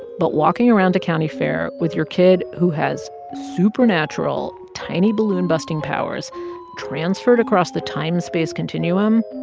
but walking around a county fair with your kid who has supernatural, tiny balloon-busting powers transferred across the time-space continuum,